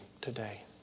today